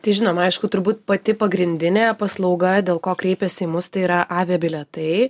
tai žinoma aišku turbūt pati pagrindinė paslauga dėl ko kreipiasi į mus tai yra avia bilietai